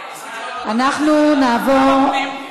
לוועדת הפנים.